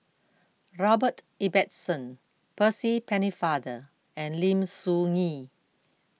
Robert Ibbetson Percy Pennefather and Lim Soo Ngee